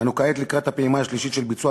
אנו כעת לקראת הפעימה השלישית של ביצוע